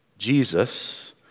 Jesus